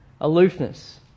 aloofness